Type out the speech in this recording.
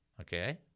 Okay